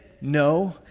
no